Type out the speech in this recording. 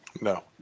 No